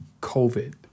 COVID